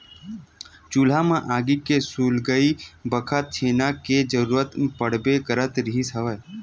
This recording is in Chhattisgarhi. चूल्हा म आगी के सुलगई बखत छेना के जरुरत पड़बे करत रिहिस हवय